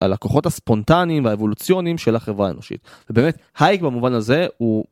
לקוחות הספונטניים האבולוציוניים של החברה האנושית. באמת הייק במובן הזה הוא.